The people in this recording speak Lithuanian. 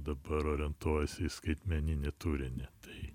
dabar orientuojasi į skaitmeninį turinį tai